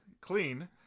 clean